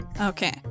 Okay